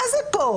מה זה פה?